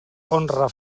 honra